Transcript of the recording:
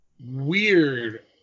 weird